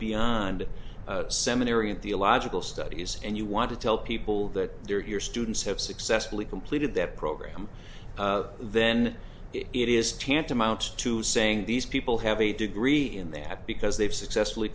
beyond seminary in theological studies and you want to tell people that your students have successfully completed that program then it is tantamount to saying these people have a degree in that because they've successfully